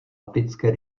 optické